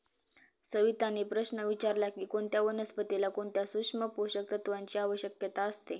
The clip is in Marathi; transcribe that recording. सविताने प्रश्न विचारला की कोणत्या वनस्पतीला कोणत्या सूक्ष्म पोषक तत्वांची आवश्यकता असते?